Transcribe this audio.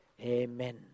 Amen